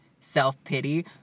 self-pity